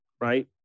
right